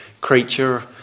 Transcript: creature